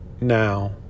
Now